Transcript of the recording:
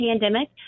pandemic